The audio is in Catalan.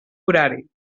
horari